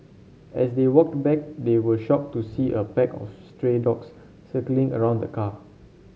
as they walked back they were shocked to see a pack of stray dogs circling around the car